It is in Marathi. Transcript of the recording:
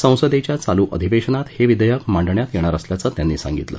संसदेच्या चालू अधिवेशनात हे विधेयक मांडण्यात येणार असल्याचं त्यांनी सांगितलं